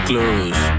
Close